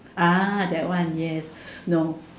ah that one yes no